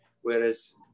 Whereas